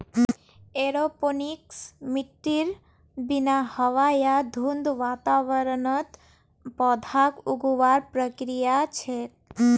aeroponics मिट्टीर बिना हवा या धुंध वातावरणत पौधाक उगावार प्रक्रिया छे